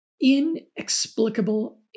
inexplicable